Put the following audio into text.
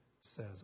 says